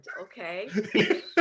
okay